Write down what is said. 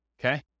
okay